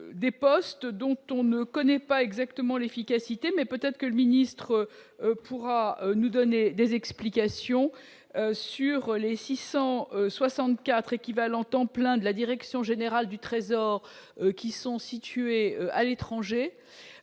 des postes dont on ne connaît pas exactement l'efficacité, mais peut-être que le ministre pourra nous donner des explications sur les 664 équivalents temps plein de la direction générale du Trésor qui sont situés à l'étranger,